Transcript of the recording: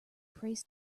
prays